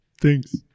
Thanks